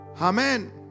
Amen